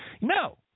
No